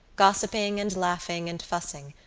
gossiping and laughing and fussing,